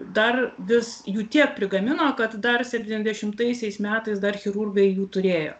dar vis jų tiek prigamino kad dar septyniasdešimtaisiais metais dar chirurgai jų turėjo